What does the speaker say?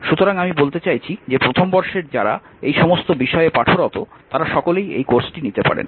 সুতরাং আমি বলতে চাইছি যে প্রথম বর্ষের যারা এই সমস্ত বিষয়ে পাঠরত তারা সকলেই এই কোর্সটি নিতে পারেন